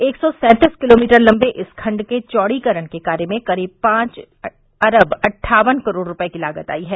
एक सौ सैंतीस किलोमीटर लम्बे इस खंड के चौड़ीकरण के कार्य में करीब पांच अरब अट्ठावन करोड़ रूपये की लागत आई है